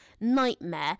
nightmare